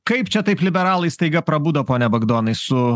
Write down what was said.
kaip čia taip liberalai staiga prabudo pone bagdonai su